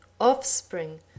offspring